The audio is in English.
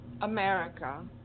America